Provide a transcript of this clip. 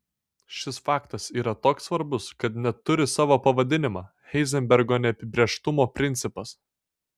šis faktas yra toks svarbus kad net turi savo pavadinimą heizenbergo neapibrėžtumo principas